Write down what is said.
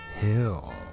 Hill